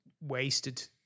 wasted